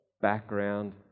background